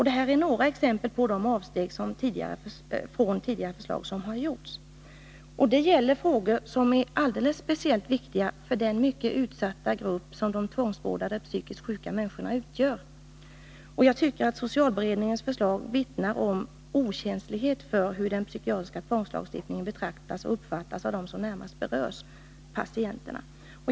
Det här är några exempel på de avsteg från tidigare förslag som har gjorts. Det gäller frågor som är alldeles speciellt viktiga för den mycket utsatta grupp som de tvångsvårdade psykiskt sjuka människorna utgör. Jag tycker att socialberedningens förslag vittnar om okänslighet för hur den psykiatriska tvångslagstiftningen betraktas och uppfattas av dem som närmast berörs — patienterna.